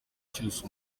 cyose